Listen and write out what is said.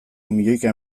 milioika